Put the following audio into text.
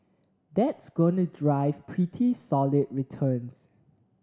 that's going drive pretty solid returns